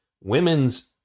women's